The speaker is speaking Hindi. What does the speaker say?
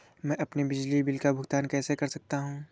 मैं अपने बिजली बिल का भुगतान कैसे कर सकता हूँ?